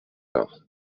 bains